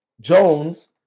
Jones